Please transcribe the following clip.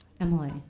Emily